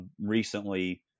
recently